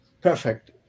perfect